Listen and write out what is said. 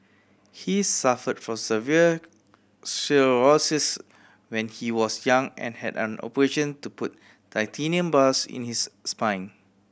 he suffered from severe sclerosis when he was young and had an operation to put titanium bars in his spine